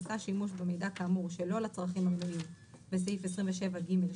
עשה שימוש במידע כאמור שלא לצרכים המנויים בסעיף 27(ג)(2)